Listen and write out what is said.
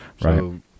right